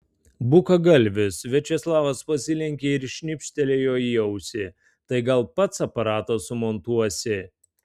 bukagalvis viačeslavas pasilenkė ir šnipštelėjo į ausį tai gal pats aparatą sumontuosi